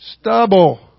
stubble